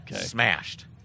smashed